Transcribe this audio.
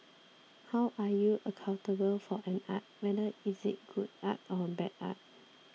how are you accountable for an art whether is it good art or bad art